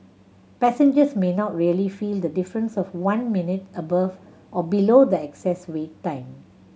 passengers may not really feel the difference of one minute above or below the excess wait time